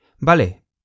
Vale